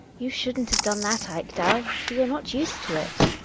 you shouldn't have done that, ekdal for you're not used to it.